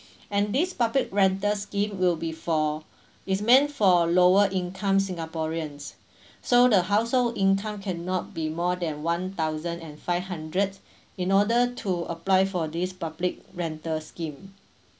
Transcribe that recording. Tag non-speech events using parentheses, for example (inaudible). and this public rental scheme will be for is meant for lower income singaporeans (breath) so the household income cannot be more than one thousand and five hundred in order to apply for this public rental scheme